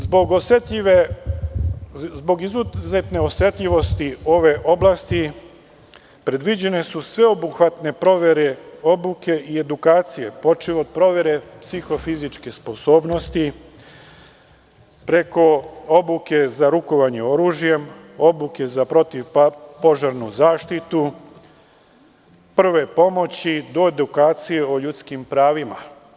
Zbog izuzetne osetljivosti ove oblasti predviđene su sveobuhvatne provere obuke i edukacije, počev od provere psihofizičke sposobnosti preko obuke za rukovanje oružjem, obuke za protivpožarnu zaštitu, prve pomoći do edukacije o ljudskim pravima.